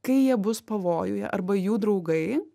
kai jie bus pavojuje arba jų draugai